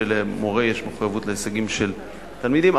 כשלמורה יש מחויבות להישגים של תלמידים,